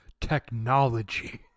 technology